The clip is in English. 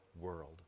world